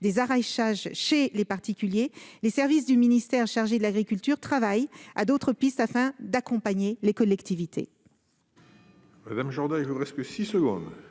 des arrachages chez les particuliers, les services du ministère chargé de l'agriculture travaillent à d'autres pistes afin d'accompagner les collectivités.